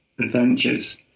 adventures